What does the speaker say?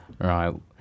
Right